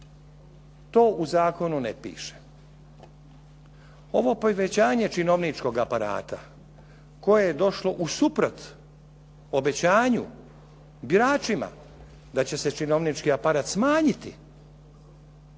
To u zakonu ne piše. Ovo povećanje činovničkog aparata koje je došlo usuprot obećanju biračima da će se činovnički aparat smanjiti